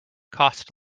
cost